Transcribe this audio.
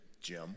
Jim